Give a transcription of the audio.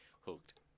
hooked